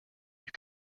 you